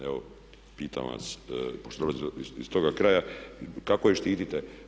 Evo pitam vas, pošto dolazim iz toga kraja kako je štitite.